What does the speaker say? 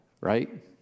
right